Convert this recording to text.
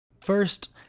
First